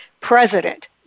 President